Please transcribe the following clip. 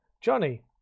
Johnny